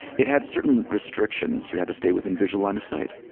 it had certain restrictions. you had to say within visual line of sight.